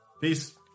Peace